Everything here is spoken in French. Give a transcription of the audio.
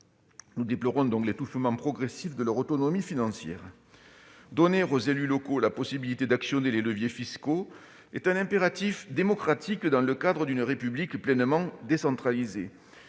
Nous déplorons donc l'étouffement progressif de leur autonomie financière. Donner aux élus locaux la possibilité d'actionner les leviers fiscaux est un impératif démocratique dans le cadre d'une République pleinement décentralisée.